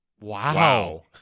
Wow